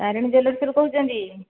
ତାରିଣୀ ଜୁଏଲର୍ସରୁ କହୁଛନ୍ତି